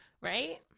Right